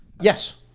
Yes